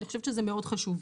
אני חושבת שזה מאוד חשוב.